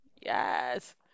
Yes